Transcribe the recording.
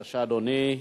בבקשה, אדוני.